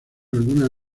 algunas